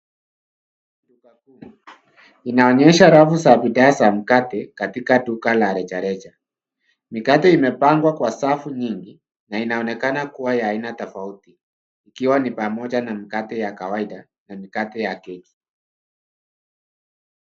Duka kuu linaonyesha rafu za bidhaa za mkate katika duka la rejareja. Mikate imepangwa kwa safu nyingi na inaonekana kuwa ya aina tofauti ikiwa ni pamoja na mikate ya kawaida na mikate ya keki.